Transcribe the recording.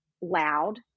Loud